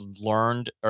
learned